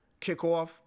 kickoff